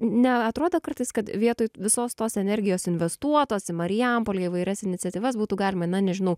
ne atrodo kartais kad vietoj visos tos energijos investuotos į marijampolę įvairias iniciatyvas būtų galima na nežinau